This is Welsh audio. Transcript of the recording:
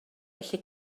felly